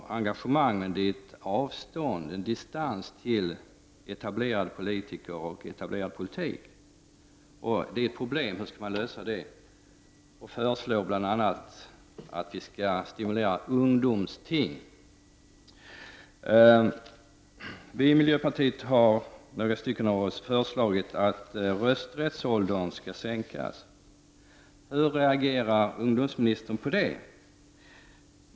Men hon upplever ett avstånd, en distans, till etablerade politiker, till etablerad politik. Problemet är hur det skall gå att finna en lösning här. Ungdomsministern föreslår bl.a. att vi skall skall stimulera ungdomsting. Vi är några i miljöpartiet som har föreslagit en sänkning av rösträttsåldern. Hur reagerar ungdomsministern på det förslaget?